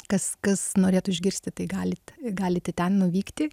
kas kas norėtų išgirsti tai galit galite ten nuvykti